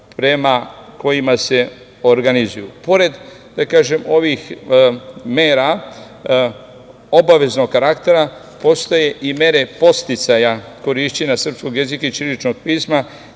prema kojima se organizuju. Pored